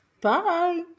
Bye